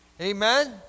Amen